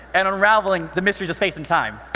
and unraveling the mysteries of space and time.